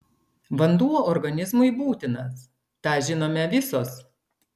vanduo organizmui būtinas tą žinome visos